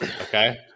Okay